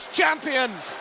champions